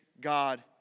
God